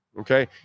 Okay